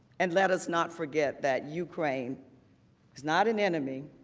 and let us not forget that you claim is not an enemy.